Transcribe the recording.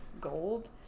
gold